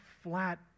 flat